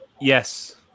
Yes